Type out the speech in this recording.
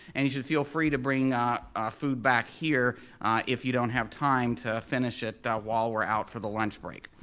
and you should feel free to bring ah food back here if you don't have time to finish it while we're out for the lunch break.